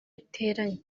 iteranye